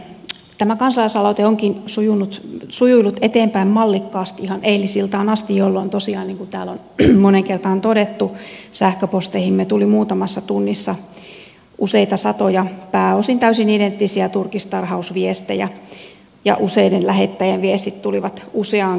tämä kansalaisaloite onkin sujunut eteenpäin mallikkaasti ihan eilisiltaan asti jolloin tosiaan niin kuin täällä on moneen kertaan todettu sähköposteihimme tuli muutamassa tunnissa useita satoja pääosin täysin identtisiä turkistarhausviestejä ja useiden lähettäjien viestit tulivat useaan kertaan